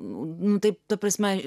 nu tai ta prasme